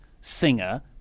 Singer